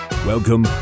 welcome